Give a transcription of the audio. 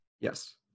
Yes